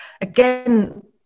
again